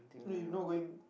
eh you not going